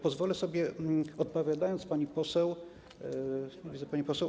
Pozwolę sobie, odpowiadając pani poseł... nie widzę pani poseł.